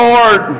Lord